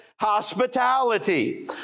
hospitality